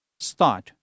start